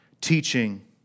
teaching